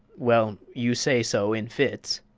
well, you say so in fits.